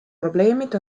probleemid